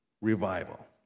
Revival